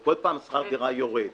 כל פעם הסיוע בשכר הדירה יורד.